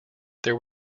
there